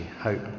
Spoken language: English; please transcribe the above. Hope